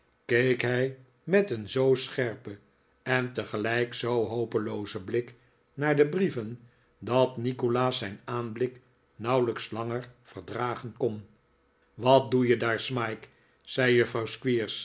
keek hij met een zoo scherpen en tegelijk zoo hopelobzen blik naar de brieven dat nikolaas zijn aanblik nauwelijks langer verdragen kon wat doe je daar smike zei